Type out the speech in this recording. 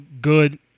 good